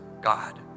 God